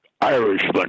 Irishman